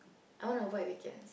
I want to avoid weekends